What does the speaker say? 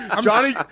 Johnny